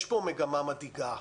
יש פה מגמה מדאיגה,